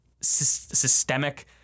systemic